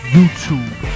YouTube